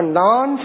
non